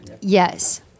Yes